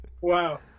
Wow